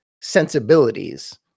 sensibilities